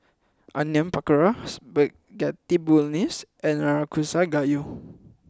Onion Pakora Spaghetti Bolognese and Nanakusa Gayu